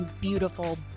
beautiful